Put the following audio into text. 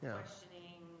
questioning